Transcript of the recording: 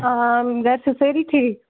آ گَرِ چھےٚ سٲری ٹھیٖک